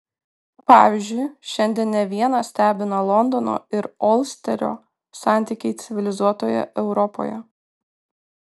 pavyzdžiui šiandien ne vieną stebina londono ir olsterio santykiai civilizuotoje europoje